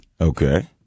Okay